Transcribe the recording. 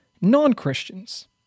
non-Christians